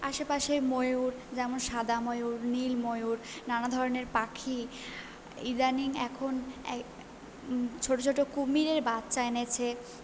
আশেপাশে ময়ূর যেমন সাদা ময়ূর নীল ময়ূর নানা ধরনের পাখি ইদানিং এখন ছোটো ছোটো কুমিরের বাচ্চা এনেছে